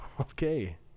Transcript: Okay